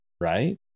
right